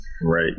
Right